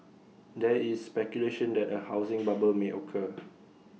there is speculation that A housing bubble may occur